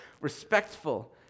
respectful